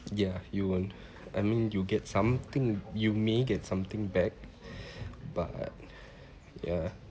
ya you will I mean you get something you may get something back but ya